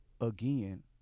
again